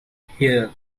here